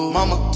Mama